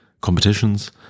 competitions